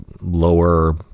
lower